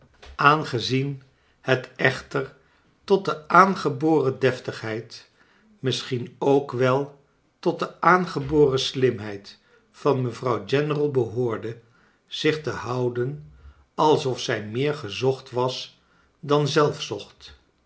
aangezien het echter tot de aangeboren deftigheid rnisschien ook wel tot de aangeboren slimheid van mevrouw general behoorde zich te houden alsof zij meer gezocht was dan zelf zocht